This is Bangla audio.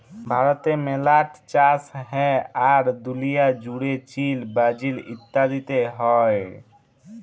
ভারতে মেলা ট চাষ হ্যয়, আর দুলিয়া জুড়ে চীল, ব্রাজিল ইত্যাদিতে হ্য়য়